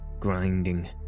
grinding